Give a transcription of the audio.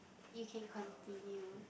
you can continue